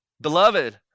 Beloved